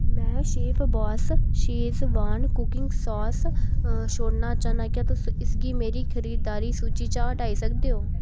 में शैफबास Schezwan cooking sauce छोड़ना चाह्न्नां क्या तुस इसगी मेरी खरीदारी सूची चा हटाई सकदे ओ